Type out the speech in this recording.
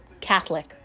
Catholic